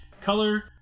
color